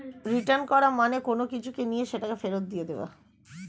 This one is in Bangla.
রিটার্ন করা মানে কোনো কিছু নিয়ে সেটাকে ফেরত দিয়ে দেওয়া